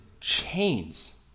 chains